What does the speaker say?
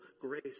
grace